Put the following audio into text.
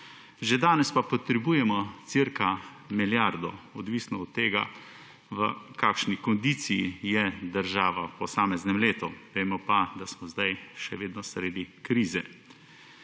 Že danes pa potrebujemo cca milijardo, odvisno od tega, v kakšni kondiciji je država v posameznem letu, vemo pa, da smo zdaj še vedno sredi krize.